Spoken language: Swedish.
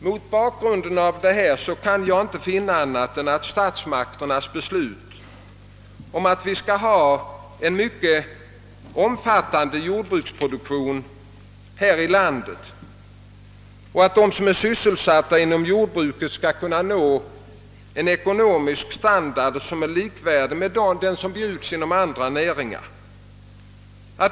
Mot bakgrunden av detta kan jag inte finna annat än att statsmakternas beslut att vi skall ha en mycket omfattande jordbruksproduktion i vårt land innebär, att de som är sysselsatta inom jordbruket skall kunna nå en ekonomisk standard likvärdig den som bjuds inom andra näringar.